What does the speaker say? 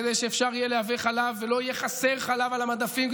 כדי שאפשר יהיה לייבא חלב ולא יהיה חסר חלב על המדפים,